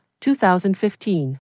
2015